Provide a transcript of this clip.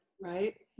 right